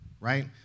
right